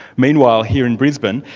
meanwhile, here in brisbane,